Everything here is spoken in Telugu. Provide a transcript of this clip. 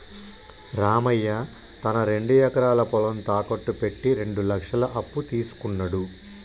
రామయ్య తన రెండు ఎకరాల పొలం తాకట్టు పెట్టి రెండు లక్షల అప్పు తీసుకున్నడు